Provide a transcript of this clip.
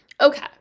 okay